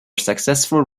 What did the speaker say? successful